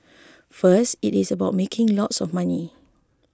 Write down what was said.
first it is about making lots of money